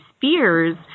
fears